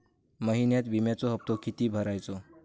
महिन्यात विम्याचो हप्तो किती भरायचो?